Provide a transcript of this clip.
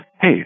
hey